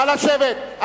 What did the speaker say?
נא לשבת.